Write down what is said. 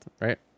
right